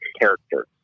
character